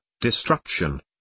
destruction